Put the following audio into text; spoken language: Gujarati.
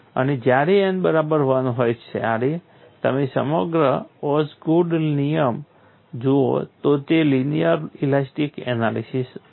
અને જ્યારે n બરાબર 1 હોય ત્યારે જો તમે રામબર્ગ ઓસગુડ નિયમ જુઓ તો તે લિનિયર ઇલાસ્ટિક એનાલિસીસ આપે છે